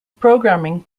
programming